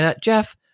Jeff